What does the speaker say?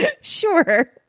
Sure